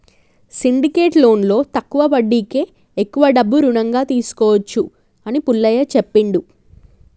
syndicate లోన్లో తక్కువ వడ్డీకే ఎక్కువ డబ్బు రుణంగా తీసుకోవచ్చు అని పుల్లయ్య చెప్పిండు